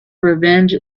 revenge